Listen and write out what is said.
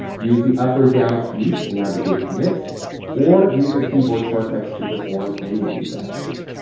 use the up or down keys to navigate commits or use the keyboard shortcuts to perform any of these actions.